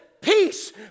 Peace